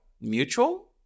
mutual